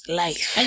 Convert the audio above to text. life